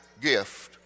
gift